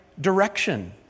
direction